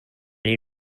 knew